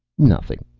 nothing.